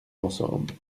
ensemble